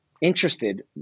interested